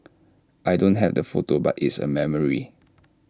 I don't have the photo but it's A memory